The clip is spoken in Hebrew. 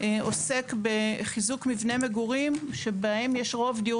עוסק בחיזוק מבני מגורים שבהם יש רוב דיור